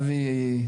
אבי,